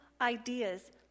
ideas